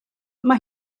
mae